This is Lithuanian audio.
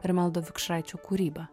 rimaldo vikšraičio kūrybą